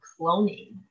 cloning